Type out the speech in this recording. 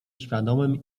świadomym